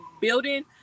building